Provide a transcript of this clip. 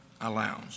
allows